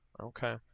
Okay